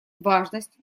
важность